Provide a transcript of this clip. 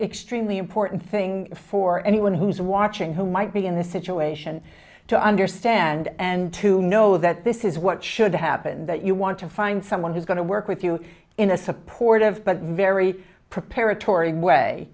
extremely important thing for anyone who's watching who might be in this situation to understand and to know that this is what should happen that you want to find someone who's going to work with you in a supportive but mary preparatory way